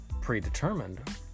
predetermined